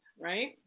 right